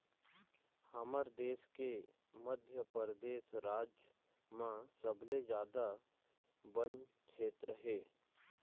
हमर देश के मध्यपरेदस राज म सबले जादा बन छेत्र हे